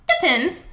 Depends